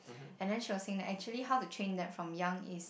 and then she was saying that actually how to train that from young is